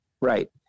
Right